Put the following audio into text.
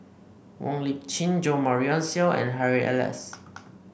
Wong Lip Chin Jo Marion Seow and Harry Elias